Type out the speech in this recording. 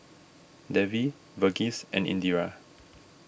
Devi Verghese and Indira